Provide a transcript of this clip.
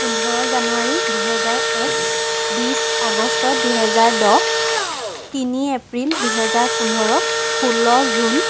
পোন্ধৰ জানুৱাৰী দুহেজাৰ এক বিছ আগষ্ট দুহেজাৰ দহ তিনি এপ্ৰিল দুহেজাৰ পোন্ধৰ ষোল্ল জুন